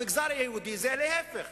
במגזר היהודי זה להיפך: